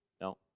No